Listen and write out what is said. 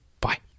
Bye